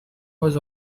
was